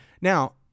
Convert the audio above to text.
Now